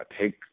take